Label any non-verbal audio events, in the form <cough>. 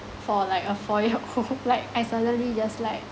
for like a four year old <laughs> like I suddenly just like